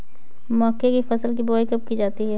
मक्के की फसल की बुआई कब की जाती है?